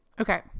Okay